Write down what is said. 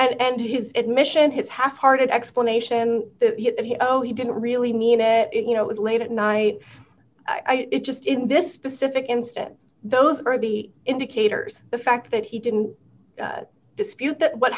and his admission his half hearted explanation oh he didn't really mean it you know it's late at night i just in this specific instance those early indicators the fact that he didn't dispute that what